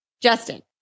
Justin